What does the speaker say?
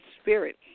spirit